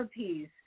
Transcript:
therapies